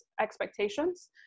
expectations